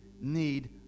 need